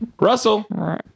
Russell